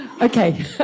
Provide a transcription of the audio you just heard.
okay